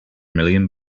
million